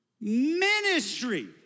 ministry